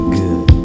good